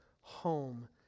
home